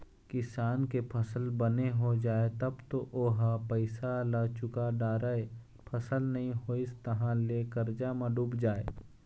किसान के फसल बने हो जाए तब तो ओ ह पइसा ल चूका डारय, फसल नइ होइस तहाँ ले करजा म डूब जाए